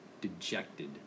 dejected